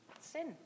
Sin